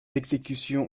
exécutions